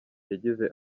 yagize